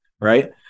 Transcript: right